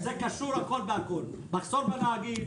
והכול קשור בכול מחסור בנהגים,